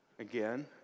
again